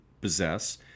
possess